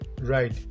Right